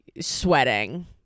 sweating